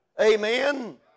Amen